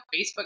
Facebook